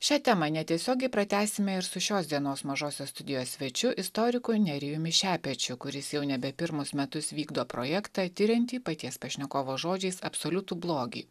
šią temą netiesiogiai pratęsime ir su šios dienos mažosios studijos svečiu istoriku nerijumi šepečiu kuris jau nebe pirmus metus vykdo projektą tiriantį paties pašnekovo žodžiais absoliutų blogį